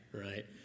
right